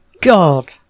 god